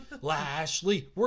Lashley